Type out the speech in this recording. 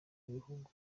bihugu